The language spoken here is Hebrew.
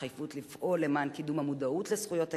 התחייבות לפעול למען קידום המודעות לזכויות הילד,